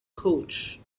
coach